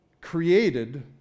created